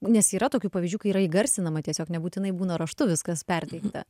nes yra tokių pavyzdžių kai yra įgarsinama tiesiog nebūtinai būna raštu viskas perteikta